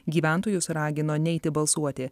gyventojus ragino neiti balsuoti